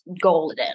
golden